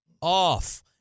off